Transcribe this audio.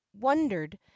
wondered